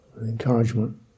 encouragement